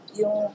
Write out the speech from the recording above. yung